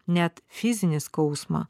net fizinį skausmą